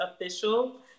Official